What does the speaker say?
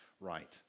right